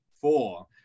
four